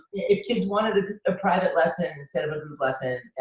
if kids wanted a private lesson instead of a group lesson,